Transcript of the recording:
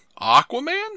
Aquaman